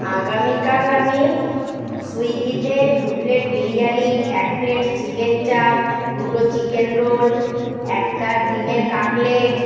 আগামীকাল আমি সুইগিতে দু প্লেট বিরিয়ানি এক প্লেট চিকেন চাপ দুটো চিকেন রোল একটা ডিমের কাটলেট